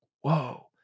whoa